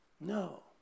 No